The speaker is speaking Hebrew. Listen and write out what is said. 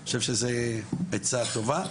אני חושב שזו עצה טובה,